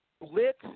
lit